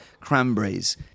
Cranberries